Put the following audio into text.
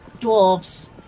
dwarves